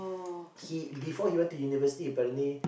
he before he went to university apparently